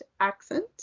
accent